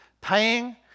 paying